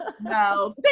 No